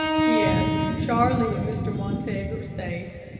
yes charlie and mr. montague are safe.